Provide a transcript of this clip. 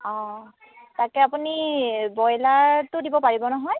অঁ তাকে আপুনি ব্ৰইলাৰটো দিব পাৰিব নহয়